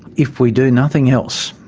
if we do nothing else,